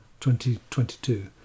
2022